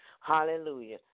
hallelujah